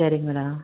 சரிங்க மேடம்